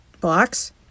Blocks